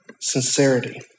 sincerity